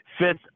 Fifth